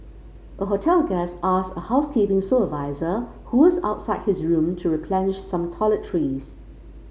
a hotel guest asked a housekeeping supervisor who was outside his room to replenish some toiletries